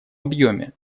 объеме